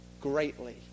greatly